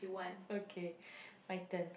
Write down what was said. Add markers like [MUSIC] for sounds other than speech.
[NOISE] okay my turn